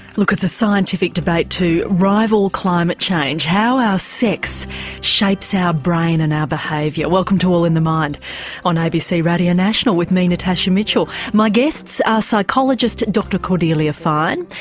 look, it's a scientific debate to rival climate change, how our sex shapes our brain and our behaviour. welcome to all in the mind on abc radio national with me natasha mitchell. my guests are psychologist dr cordelia fine,